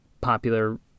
popular